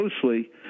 closely